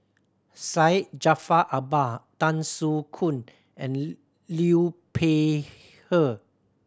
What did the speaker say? Syed Jaafar Albar Tan Soo Khoon and Liu Peihe